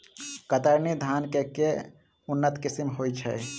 कतरनी धान केँ के उन्नत किसिम होइ छैय?